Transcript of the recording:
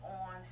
on